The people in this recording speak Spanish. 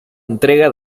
entrega